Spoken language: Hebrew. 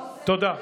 תודה.